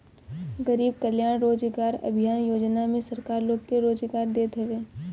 गरीब कल्याण रोजगार अभियान योजना में सरकार लोग के रोजगार देत हवे